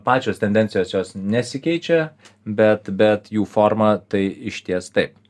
pačios tendencijos jos nesikeičia bet bet jų forma tai išties taip